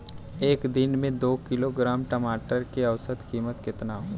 एक दिन में दो किलोग्राम टमाटर के औसत कीमत केतना होइ?